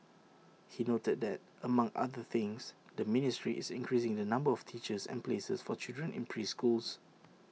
he noted that among other things the ministry is increasing the number of teachers and places for children in preschools